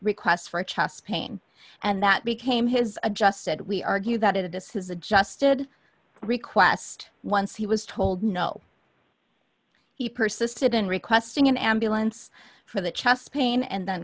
request for a chest pain and that became his adjust said we argue that it is his adjusted request once he was told no he persisted in requesting an ambulance for the chest pain and then